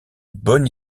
bonne